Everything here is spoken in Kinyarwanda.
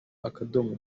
akadomo